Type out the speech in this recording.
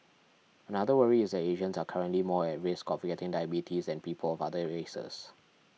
another worry is that Asians are currently more at risk of getting diabetes than people of other races